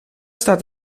staat